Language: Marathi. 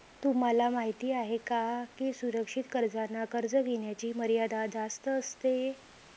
तुम्हाला माहिती आहे का की सुरक्षित कर्जांना कर्ज घेण्याची मर्यादा जास्त असते